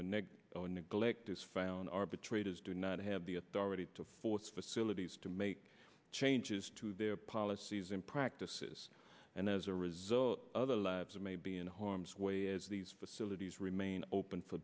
negative neglect is found arbitrators do not have the authority to force facilities to make changes to their policies and practices and as a result other lives may be in harm's way as these facilities remain open for